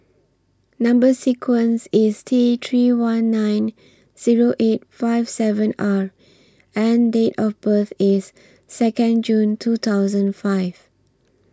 Number sequence IS T three one nine Zero eight five seven R and Date of birth IS Second June two thousand five